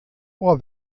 ohr